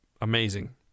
amazing